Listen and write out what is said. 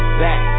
back